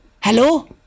Hello